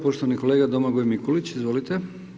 Poštovani kolega Domagoj Mikulić, izvolite.